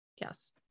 yes